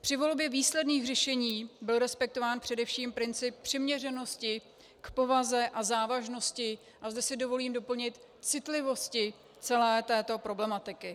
Při volbě výsledných řešení byl respektován především princip přiměřenosti k povaze a závažnosti, a zde si dovolím doplnit, citlivosti celé této problematiky.